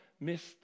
missed